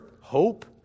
hope